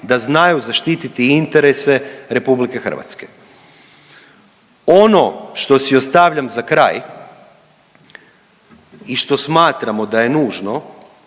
da znaju zaštititi interese RH. Ono što si ostavljam za kraj i što smatramo da je nužno